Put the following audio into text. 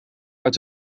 uit